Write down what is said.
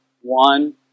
one